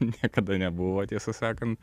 niekada nebuvo tiesą sakant